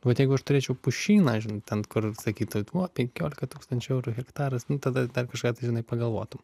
vat jeigu turėčiau pušyną žinai ten kur sakytų o penkiolika tūkstančių eurų hektaras tada dar kažką tai žinai pagalvotum